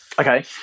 Okay